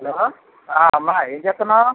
hello ఆ అమ్మా ఏం చేస్తున్నావ్